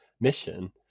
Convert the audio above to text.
mission